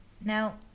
Now